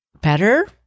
better